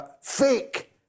fake